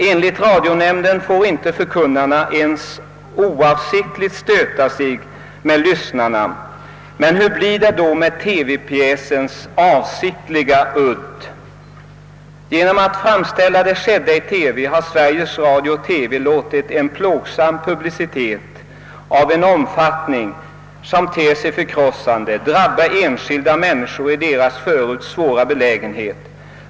Enligt radionämnden får förkunnarna inte ens oavsiktligt stöta sig med lyssnarna, men hur blir det då med TV-pjäsens avsiktliga udd? Genom att framställa det skedda i TV har Sveriges Radio-TV låtit en plågsam publicitet av en omfattning som ter sig förkrossande drabba enskilda människor i deras förut svåra belägenhet.